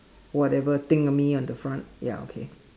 whatever thing on me on the front ya okay